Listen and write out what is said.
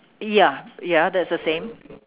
ya ya that's the same